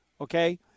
Okay